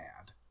add